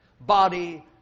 Body